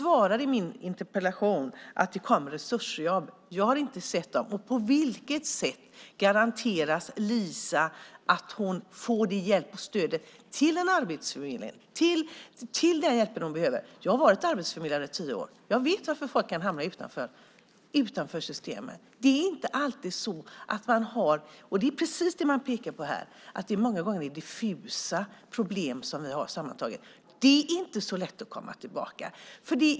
I ditt interpellationssvar säger du att det kommer resursjobb. Jag har inte sett dem. På vilket sätt garanteras Lisa att hon får den hjälp och det stöd av Arbetsförmedlingen som hon behöver? Jag har varit arbetsförmedlare i tio år. Jag vet varför folk kan hamna utanför systemet. Precis som man pekar på har man många gånger diffusa problem. Det är inte så lätt att komma tillbaka.